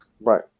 Right